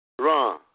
Wrong